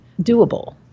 doable